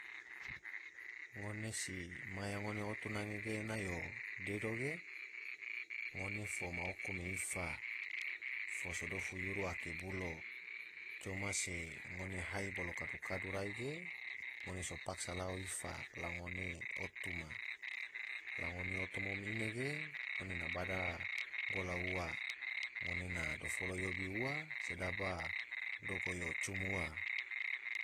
Ngone si maya ngone otu nange ge ena yo dedo ge, ngone fo ma oko me ifa, fo so dofu yuru ake buli, coma se ngone hai bolo kadu kadu rai ge ngone so paksa lao ifa la ngone otu ma, la ngone otu mom ine ge ngone bada gola ua, ngone na dofolo yobi ua sodaba dogo yo cum ua.